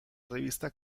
revista